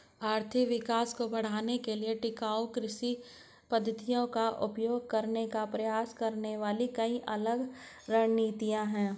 आर्थिक विकास को बढ़ाने के लिए टिकाऊ कृषि पद्धतियों का उपयोग करने का प्रयास करने वाली कई अलग रणनीतियां हैं